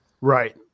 Right